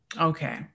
okay